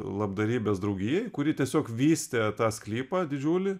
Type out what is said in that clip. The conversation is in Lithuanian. labdarybės draugijai kuri tiesiog vystė tą sklypą didžiulį